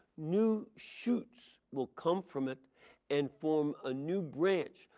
new shoots will come from it and form a new branch.